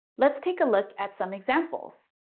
let's take a look at some examples.